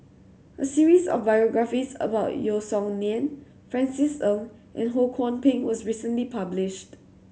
a series of biographies about Yeo Song Nian Francis Ng and Ho Kwon Ping was recently published